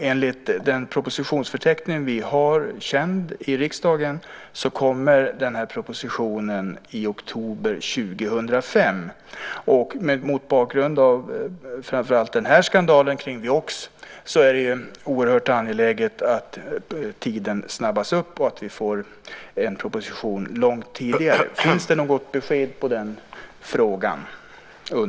Enligt den propositionsförteckning som är känd i riksdagen kommer den här propositionen i oktober 2005. Mot bakgrund av framför allt skandalen med Vioxx är det oerhört angeläget att arbetet snabbas upp och vi får en proposition långt tidigare. Finns det något besked i den frågan?